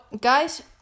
guys